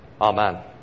Amen